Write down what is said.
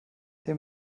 den